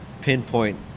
pinpoint